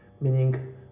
meaning